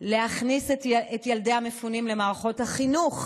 להכניס את ילדי המפונים למערכות החינוך,